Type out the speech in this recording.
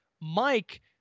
Mike